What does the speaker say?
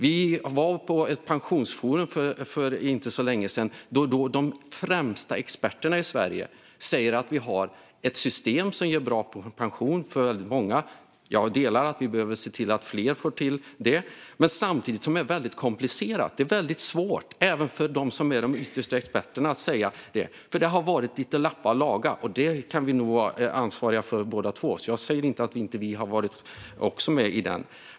Vi var på ett pensionsforum för inte så länge sedan. Där sa de främsta experterna i Sverige att vi har ett system som ger bra pension för väldigt många - jag delar åsikten att vi behöver se till att fler får till det - men samtidigt är väldigt komplicerat. Det är väldigt svårt även för dem som är de yttersta experterna, för det har varit lite lappa och laga. Det här kan vi nog vara lite ansvariga för båda två, så jag säger inte att inte vi också varit med i det.